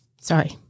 Sorry